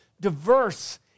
diverse